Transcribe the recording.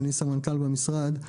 אני סמנכ"ל במשרד החקלאות,